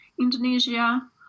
Indonesia